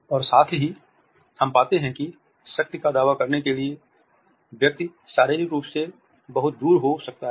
और साथ ही हम पाते हैं कि शक्ति का दावा करने के लिए व्यक्ति शारीरिक रूप से बहुत दूर हो सकता है